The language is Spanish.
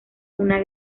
una